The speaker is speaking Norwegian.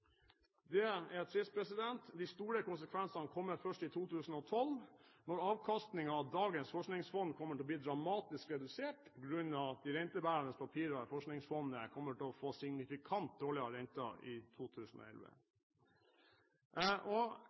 Det er trist. De store konsekvensene kommer først i 2012, når avkastningen av dagens forskningsfond kommer til å bli dramatisk redusert på grunn av at de rentebærende papirer fra Forskningsfondet kommer til å få signifikant dårligere rente i 2011.